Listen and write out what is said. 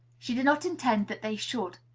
she did not intend that they should.